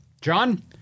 John